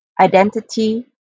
identity